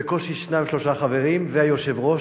בקושי שניים שלושה חברים והיושב-ראש.